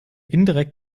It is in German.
indirekt